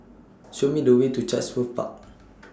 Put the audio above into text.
Show Me The Way to Chatsworth Far